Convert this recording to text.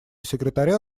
секретаря